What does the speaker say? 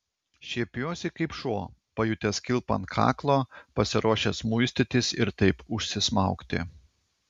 šiepiuosi kaip šuo pajutęs kilpą ant kaklo pasiruošęs muistytis ir taip užsismaugti